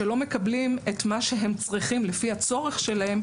שלא מקבלים את מה שהם צריכים לפי הצורך שלהם,